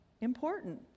important